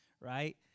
right